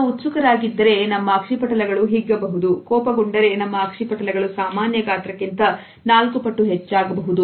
ನಾವು ಉತ್ಸುಕರಾಗಿದ್ದಾರೆ ನಮ್ಮ ಅಕ್ಷಿಪಟಲಗಳು ಹಿಗ್ಗಬಹುದು ಕೋಪಗೊಂಡರೆ ನಮ್ಮ ಅಕ್ಷಿಪಟಲಗಳು ಸಾಮಾನ್ಯ ಗಾತ್ರಕ್ಕಿಂತ ನಾಲ್ಕು ಪಟ್ಟು ಹೆಚ್ಚಾಗಬಹುದು